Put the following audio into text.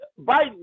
Biden